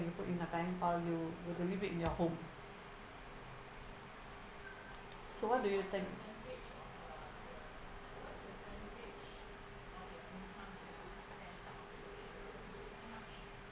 you put into the bank or you will you leave it in your home so what do you think